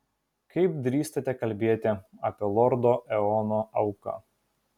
kaip drįstate kalbėti apie lordo eono auką